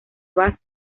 vas